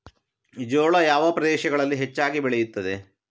ಜೋಳ ಯಾವ ಪ್ರದೇಶಗಳಲ್ಲಿ ಹೆಚ್ಚಾಗಿ ಬೆಳೆಯುತ್ತದೆ?